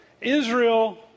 Israel